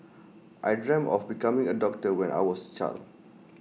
I dreamt of becoming A doctor when I was A child